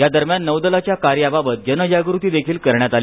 या दरम्यान नौदलाच्या कार्याबाबत जनजागृती देखील करण्यात आली